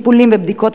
טיפולים ובדיקות,